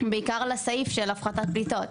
בעיקר לסעיף של הפחתת פליטות.